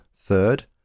Third